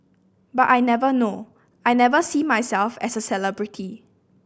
but I never know I never see myself as a celebrity